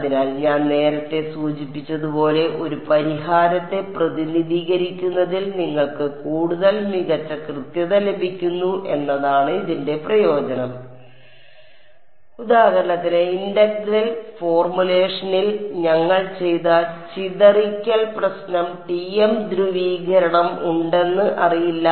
അതിനാൽ ഞാൻ നേരത്തെ സൂചിപ്പിച്ചതുപോലെ ഒരു പരിഹാരത്തെ പ്രതിനിധീകരിക്കുന്നതിൽ നിങ്ങൾക്ക് കൂടുതൽ മികച്ച കൃത്യത ലഭിക്കുന്നു എന്നതാണ് ഇതിന്റെ പ്രയോജനം ഉദാഹരണത്തിന് ഇന്റഗ്രൽ ഫോർമുലേഷനിൽ ഞങ്ങൾ ചെയ്ത ചിതറിക്കൽ പ്രശ്നം ടിഎം ധ്രുവീകരണം ഉണ്ടെന്ന് അറിയില്ല